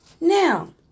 Now